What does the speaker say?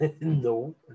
no